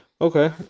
Okay